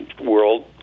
world